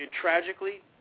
tragically